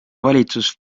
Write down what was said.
valitsus